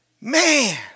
Man